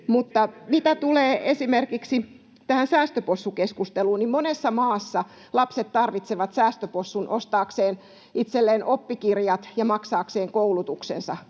mukana. Mitä tulee esimerkiksi tähän säästöpossukeskusteluun, niin monessa maassa lapset tarvitsevat säästöpossun ostaakseen itselleen oppikirjat ja maksaakseen koulutuksensa,